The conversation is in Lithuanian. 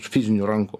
fizinių rankų